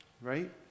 Right